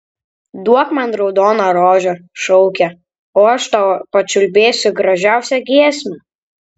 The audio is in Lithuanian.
duok man raudoną rožę šaukė o aš tau pačiulbėsiu gražiausią giesmę